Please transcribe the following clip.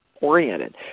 oriented